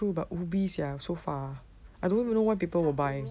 true but ubi sia so far I don't even know why people will buy